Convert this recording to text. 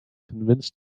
convince